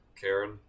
Karen